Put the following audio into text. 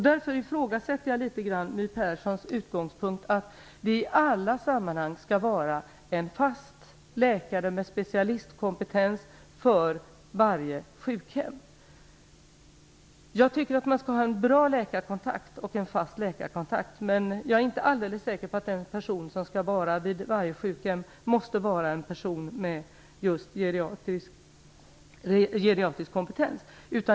Därför ifrågasätter jag litet grand My Perssons utgångspunkt att det i alla sammanhang på varje sjukhem skall vara en fast läkare med specialistkompetens. Jag tycker att man skall ha en bra och fast läkarkontakt, men jag är inte alldeles säker på att den person som skall vara vid varje sjukhem måste ha just geriatrisk kompetens.